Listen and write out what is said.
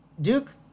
Duke